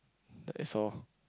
that is all